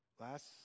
last